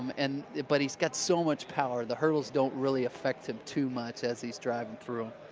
and but he's got so much power. the hurdles don't really affect him too much as he's driving through.